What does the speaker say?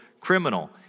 criminal